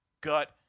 Gut